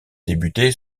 débuter